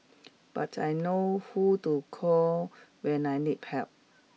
but I know who to call when I need help